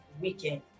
weekend